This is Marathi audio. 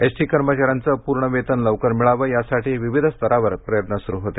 एसटी कर्मचाऱ्यांचं पूर्ण वेतन लवकर मिळावं यासाठी विविध स्तरावर प्रयत्न सुरू होते